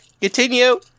continue